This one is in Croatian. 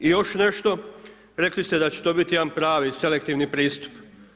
I još nešto, rekli ste da će to biti jedan pravi, selektivni pristup.